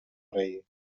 rei